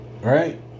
Right